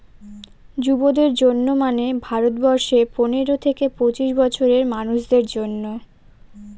যুবদের জন্য মানে ভারত বর্ষে পনেরো থেকে পঁচিশ বছরের মানুষদের জন্য